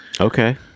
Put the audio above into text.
Okay